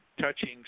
touching